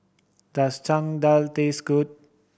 does Dal taste good